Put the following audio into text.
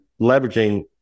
leveraging